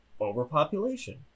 overpopulation